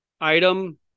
item